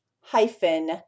hyphen